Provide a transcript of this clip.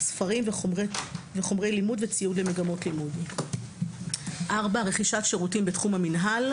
ספרים וחומרי לימוד וציוד למגמות לימוד; רכישת שירותים בתחום המינהל,